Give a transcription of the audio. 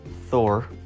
Thor